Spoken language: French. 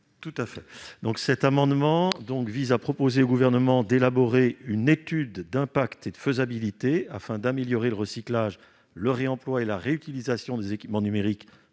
Fernique. Cet amendement vise à proposer au Gouvernement d'élaborer une étude d'impact et de faisabilité, afin d'améliorer le recyclage, le réemploi et la réutilisation des équipements numériques,